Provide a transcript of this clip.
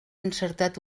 encertat